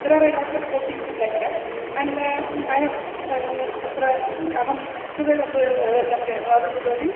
they are a lot of coatings like that and I have तत्र अहं तत्र अहं संस्कृते तस्य तस्य अनुवादं कृतवती